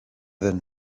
than